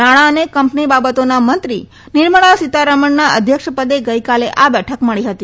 નાણાં અને કંપની બાબતોના મંત્રી નિર્મલા સીતારમણના અધ્યક્ષ પદે ગઈકાલે આ બેઠક મળી હતી